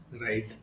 right